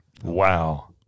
Wow